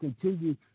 continue